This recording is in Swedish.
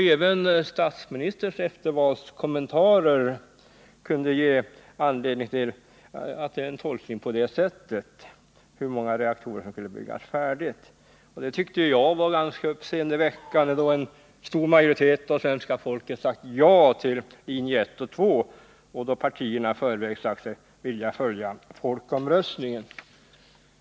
Även statsministerns eftervalskommentarer kunde ge anledning till en sådan tolkning. Det var enligt min mening ganska uppseendeväckande, då en stor majoritet av svenska folket sagt ja till linjerna 1 och 2 och då partierna i förväg sagt sig vilja följa folkomröstningens utslag.